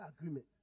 agreement